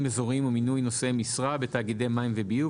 אזוריים ומינוי נושאי משרה בתאגידי מים וביוב),